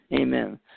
Amen